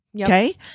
Okay